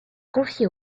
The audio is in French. confiés